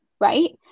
right